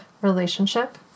relationship